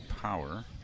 power